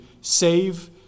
save